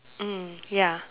mm ya